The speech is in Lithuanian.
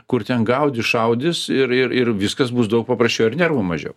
kur ten gaudys šaudys ir ir viskas bus daug paprasčiau ir nervų mažiau